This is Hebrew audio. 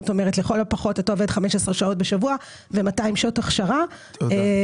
זאת אומרת עובדים לכל הפחות 15 שעות בשבוע ו-200 שעות הכשרה -- תודה.